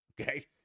Okay